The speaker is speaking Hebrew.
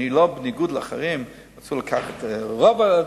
בניגוד לאחרים, שרצו לקחת את רוב התקציב,